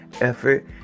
effort